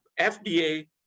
FDA